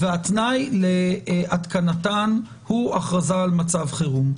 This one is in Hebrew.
והתנאי להתקנתן הוא הכרזה על מצב חירום.